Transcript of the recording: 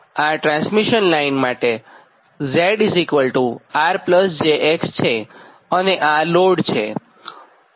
આ transmission line માટે ZR j X છેઅને આ લોડ છે